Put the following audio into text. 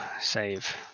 save